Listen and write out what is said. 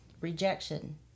rejection